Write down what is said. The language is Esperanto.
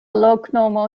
loknomo